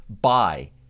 buy